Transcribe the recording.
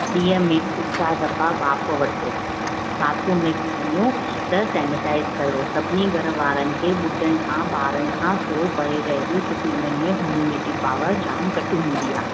ॾींहं में टे चारि दफ़ा बाफ़ वठो बाथरुम में बि वञो त सेनिटाइज़ कयो सभिनी घर वारनि खे ॿुढनि खां ॿारनि खां थोरो परे रहजो छो की हुननि में अम्युनिटी पॉवर जामु घटि हूंदी आहे